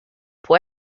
può